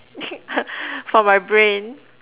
for my brain